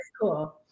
cool